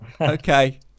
Okay